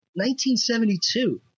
1972